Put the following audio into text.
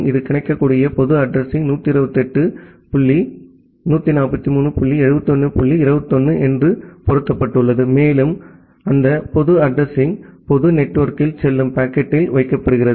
இது கிடைக்கக்கூடிய பொது அட்ரஸிங்க்கு 128 டாட் 143 டாட் 71 டாட் 21 என்று பொருத்தப்பட்டுள்ளது மேலும் அந்த பொது அட்ரஸிங் பொது நெட்வொர்க்கில் செல்லும் பாக்கெட்டில் வைக்கப்படுகிறது